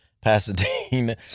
Pasadena